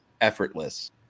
effortless